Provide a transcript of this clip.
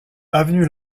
avenue